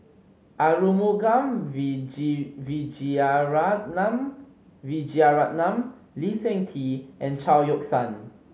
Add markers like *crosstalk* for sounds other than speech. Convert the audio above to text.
Arumugam *unintelligible* Vijiaratnam Vijiaratnam Lee Seng Tee and Chao Yoke San